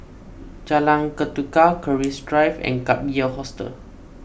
Jalan Ketuka Keris Drive and Gap Year Hostel